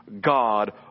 God